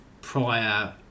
prior